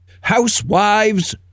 Housewives